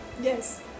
Yes